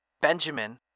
Benjamin